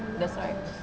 that's why